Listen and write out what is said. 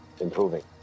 Improving